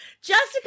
Jessica